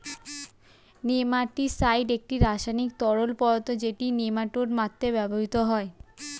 nematicide একটি রাসায়নিক তরল পদার্থ যেটি নেমাটোড মারতে ব্যবহৃত হয়